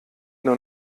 nur